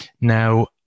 Now